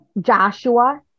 Joshua